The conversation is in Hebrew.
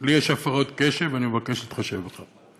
לי יש הפרעות קשב, ואני מבקש להתחשב בכך.